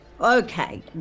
Okay